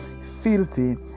filthy